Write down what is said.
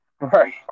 Right